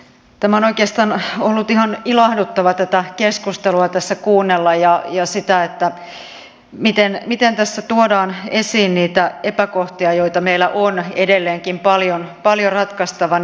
on oikeastaan ollut ihan ilahduttavaa tätä keskustelua tässä kuunnella ja sitä miten tässä tuodaan esiin niitä epäkohtia joita meillä on edelleenkin paljon ratkaistavana